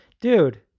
Dude